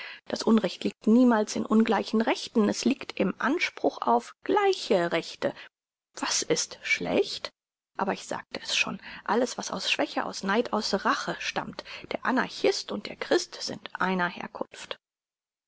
das unrecht liegt niemals in ungleichen rechten es liegt im anspruch auf gleiche rechte was ist schlecht aber ich sagte es schon alles was aus schwäche aus neid aus rache stammt der anarchist und der christ sind einer herkunft